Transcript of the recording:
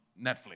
Netflix